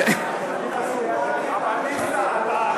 מי בעד שקיפות?